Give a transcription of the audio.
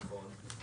נכון.